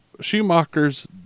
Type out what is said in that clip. Schumacher's